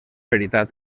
veritat